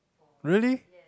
really